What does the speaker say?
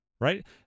Right